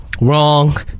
wrong